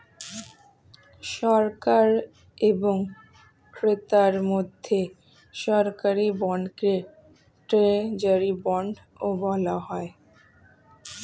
সরকার এবং ক্রেতার মধ্যে সরকারি বন্ডকে ট্রেজারি বন্ডও বলা হয়